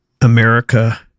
America